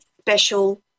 special